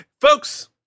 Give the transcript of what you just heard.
Folks